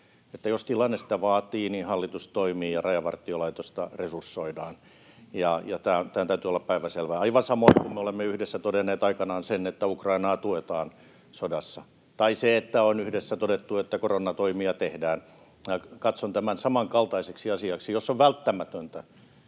jos tilanne sitä vaatii, niin hallitus toimii ja Rajavartiolaitosta resursoidaan, ja tämän täytyy olla päivänselvää. Aivan samoin me olemme yhdessä todenneet aikanaan sen, että Ukrainaa tuetaan sodassa, tai on yhdessä todettu, että koronatoimia tehdään. Katson tämän samankaltaiseksi asiaksi. Jos on välttämätöntä,